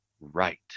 right